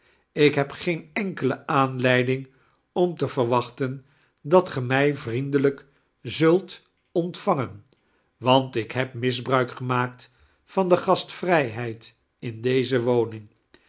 ik heb geen enkele aanleiding om te verwachten dat ge mij vjrdendielijk ziult ontvangem want ik heb misbruik gemaakt van de gasitwrijhead in deze woning